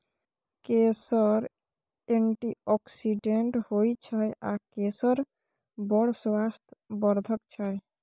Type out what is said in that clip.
केसर एंटीआक्सिडेंट होइ छै आ केसर बड़ स्वास्थ्य बर्धक छै